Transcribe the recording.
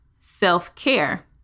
self-care